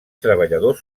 treballadors